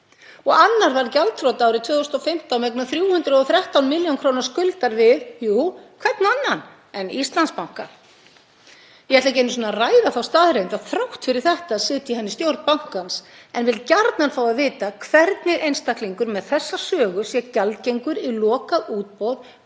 Og annar varð gjaldþrota árið 2015 vegna 313 millj. kr. skuldar við — jú, hvern annan en Íslandsbanka? Ég ætla ekki einu sinni að ræða þá staðreynd að þrátt fyrir þetta sitji hann í stjórn bankans en vil gjarnan fá að vita hvers vegna einstaklingur með þessa sögu er gjaldgengur í lokað útboð